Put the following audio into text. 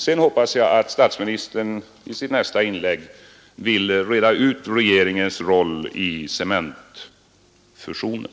Sedan hoppas jag att statsministern i sitt nästa inlägg vill reda ut regeringens roll i cementfusionen.